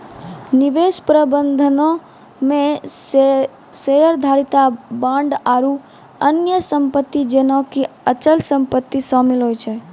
निवेश प्रबंधनो मे शेयरधारिता, बांड आरु अन्य सम्पति जेना कि अचल सम्पति शामिल होय छै